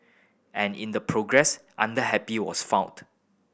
and in the progress Under Happy was found